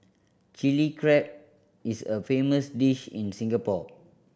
Chilli Crab is a famous dish in Singapore